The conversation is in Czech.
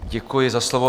Děkuji za slovo.